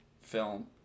film